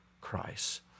Christ